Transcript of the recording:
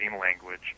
language